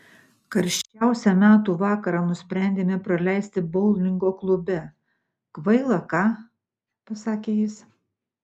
karščiausią metų vakarą nusprendėme praleisti boulingo klube kvaila ką pasakė jis